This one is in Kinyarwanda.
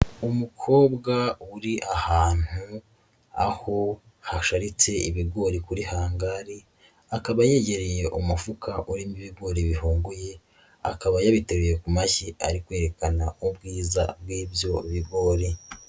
Umukobwa uri ahantu aho hasharitse ibigori kuri hangari, akaba yegereye umufuka urimo ibigori bihunguye, akaba yabitaruye ku mashyi ari kwerekana ubwiza bw'ibyo bigori.